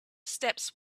steps